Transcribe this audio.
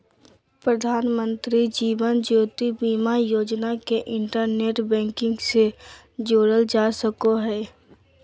प्रधानमंत्री जीवन ज्योति बीमा योजना के internet banking से जोड़ल जा सको हय